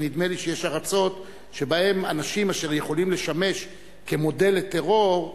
כי נדמה לי שיש ארצות שבהן אנשים אשר יכולים לשמש כמודל לטרור,